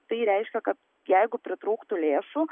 tai reiškia kad jeigu pritrūktų lėšų